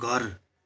घर